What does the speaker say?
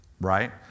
right